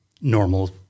normal